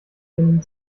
binnen